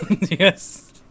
Yes